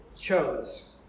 chose